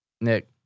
Nick